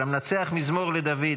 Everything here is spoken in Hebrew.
" למנצח מזמור לדוד.